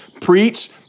Preach